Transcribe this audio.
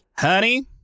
Honey